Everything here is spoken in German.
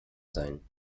sein